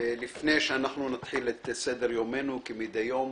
לפני שנתחיל את סדר-יומנו, כמדי יום